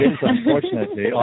unfortunately